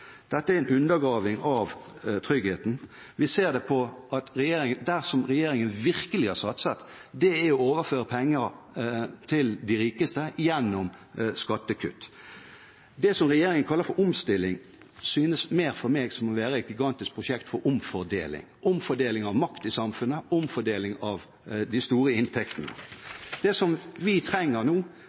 Dette er en undergraving av tryggheten. Vi ser at der regjeringen virkelig har satset, er når det gjelder å overføre penger til de rikeste gjennom skattekutt. Det regjeringen kaller for omstilling, synes mer for meg som å være et gigantisk prosjekt for omfordeling: omfordeling av makt i samfunnet, omfordeling av de store inntektene. Det vi trenger nå,